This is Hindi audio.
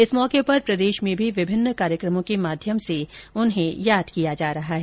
इस मौके पर प्रदेश में भी विभिन्न कार्यक्रमों के माध्यम से उन्हें याद किया जा रहा है